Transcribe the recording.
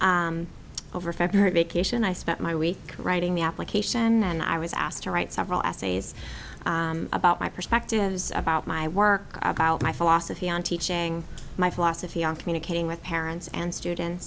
well overfed her vacation i spent my week writing the application and i was asked to write several essays about my perspectives about my work my philosophy on teaching my philosophy on communicating with parents and students